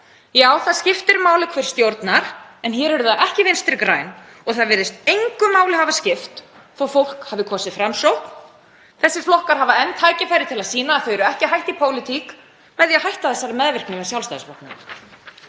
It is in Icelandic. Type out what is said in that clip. Já, það skiptir máli hver stjórnar. En hér eru það ekki Vinstri græn og það virðist engu máli hafa skipt þótt fólk hafi kosið Framsókn. Þessir flokkar hafa enn tækifæri til að sýna að þau eru ekki hætt í pólitík með því að hætta þessari meðvirkni með Sjálfstæðisflokknum.